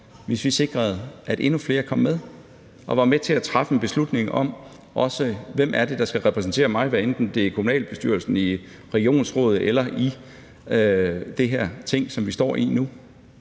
hvis vi sikrede, at endnu flere kom med og var med til at træffe en beslutning om, hvem der skal repræsentere dem, hvad enten det er i kommunalbestyrelsen, i et regionsråd eller i det Ting, som vi står i nu.